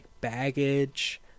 baggage